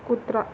कुत्रा